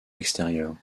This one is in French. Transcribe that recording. extérieures